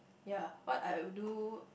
ya what I would do